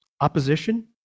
opposition